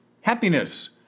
Happiness